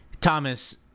Thomas